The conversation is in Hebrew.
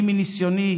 אני מניסיוני,